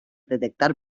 detectar